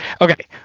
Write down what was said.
Okay